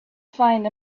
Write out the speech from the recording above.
find